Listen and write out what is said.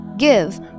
Give